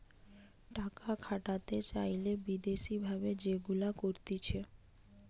টাকা খাটাতে চাইলে বিদেশি ভাবে যেগুলা করতিছে